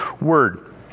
word